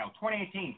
2018